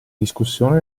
discussione